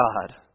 God